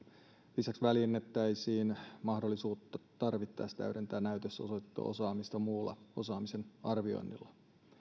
lisäksi väljennettäisiin mahdollisuutta tarvittaessa täydentää näytössä osoitettua osaamista muulla osaamisen arvioinnilla